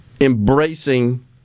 embracing